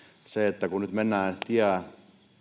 se että kun nyt